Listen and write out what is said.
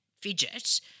fidget